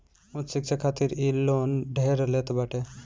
उच्च शिक्षा खातिर इ लोन ढेर लेत बाटे